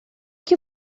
que